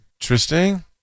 Interesting